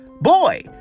Boy